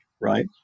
right